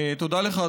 תודה לך,